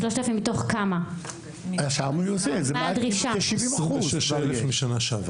3,000 מתוך כמה?) 26,000 בשנה שעברה.